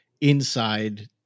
inside